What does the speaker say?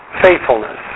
faithfulness